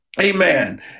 amen